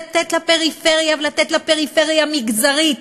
לתת לפריפריה, ולתת לפריפריה המגזרית.